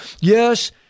yes